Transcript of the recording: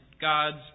God's